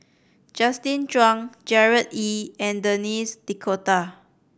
Justin Zhuang Gerard Ee and Denis D'Cotta